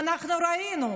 ואנחנו ראינו,